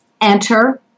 Enter